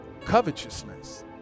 Covetousness